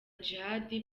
djihad